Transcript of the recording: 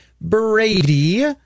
Brady